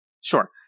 Sure